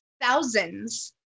thousands